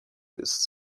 with